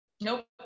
nope